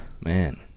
man